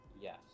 Yes